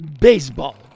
baseball